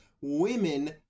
women